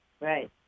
Right